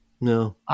No